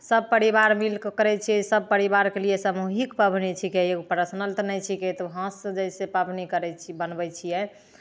सभ परिवार मिलि कऽ करै छियै सभ परिवार केलिए सभहीँके पावनि छिकै किएक एगो पर्सनल तऽ नहि छिकै तऽ हाथसँ जैसे पावनि करै छी बनबै छियै